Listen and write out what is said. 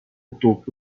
topo